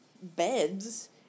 Beds